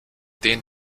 den